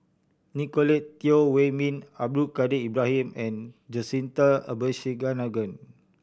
Nicolette Teo Wei Min Abdul Kadir Ibrahim and Jacintha Abisheganaden